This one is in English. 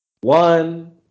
one